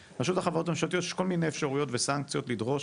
יש כל מיני אפשרויות וסנקציות לדרוש